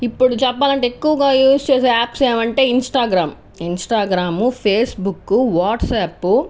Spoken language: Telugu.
ఇప్పుడు చెప్పాలంటే ఎక్కువగా యూస్ చేసే ఆప్స్ ఏమంటే ఇంస్టాగ్రామ్ ఇంస్టాగ్రామ్ ఫేస్బుక్ వాట్సప్